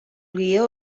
guió